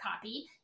copy